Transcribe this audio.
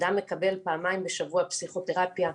אדם מקבל פעמיים בשבוע פסיכותרפיה,